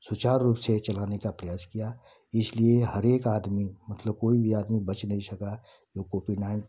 सुचारु रूप से चलाने का प्रयास किया इसलिए हरेक आदमी मतलब कोई भी आदमी बच नहीं सका यो कोवि नाईन